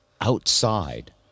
outside